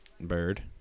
Bird